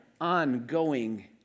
ongoing